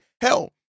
Hell